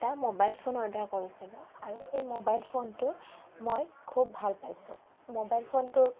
এটা mobile phone order কৰিছিলোঁ আৰু এই মোবাইল ফোনটোৰ মই খুব ভাল পাইছোঁ মোবাইল ফোনটোৰ